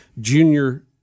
junior